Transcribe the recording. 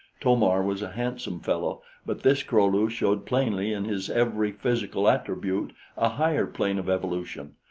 to-mar was a handsome fellow but this kro-lu showed plainly in his every physical attribute a higher plane of evolution.